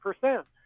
percent